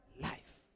life